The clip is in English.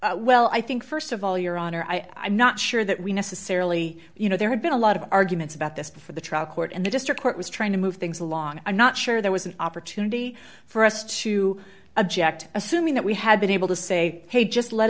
appeal well i think st of all your honor i i'm not sure that we necessarily you know there had been a lot of arguments about this before the trial court and the district court was trying to move things along i'm not sure there was an opportunity for us to object assuming that we had been able to say hey just let